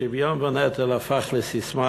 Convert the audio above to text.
השוויון בנטל הפך לססמה